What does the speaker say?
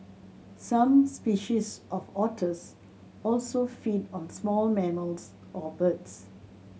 some species of otters also feed on small mammals or birds